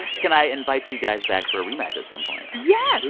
can i invite you guys back for a rematch at some point? yeah